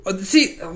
See